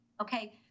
Okay